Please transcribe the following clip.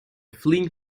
fleeing